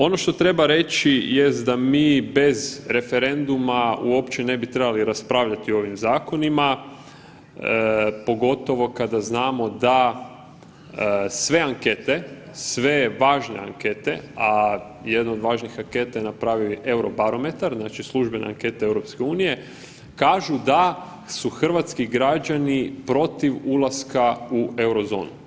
Ono što treba reći jest da mi bez referenduma uopće ne bi trebali raspravljati o ovim zakonima, pogotovo kada znamo da sve ankete, sve važne ankete, a jednu od važnih anketa je napravio i Eurobarometar, znači službene ankete EU kažu da su hrvatski građani protiv ulaska u Eurozonu.